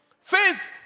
Faith